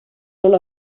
non